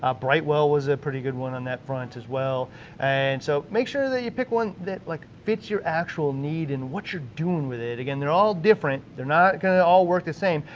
ah brightwell was a pretty good one on that front as well and so, make sure that you pick one that like fits your actual need and what you're doing with it. again they're all different, they're not gonna all work the same.